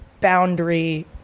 boundary